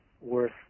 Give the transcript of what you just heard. worth